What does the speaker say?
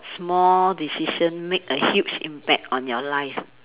small decision make a huge impact on your life